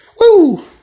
Woo